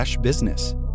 business